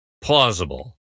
plausible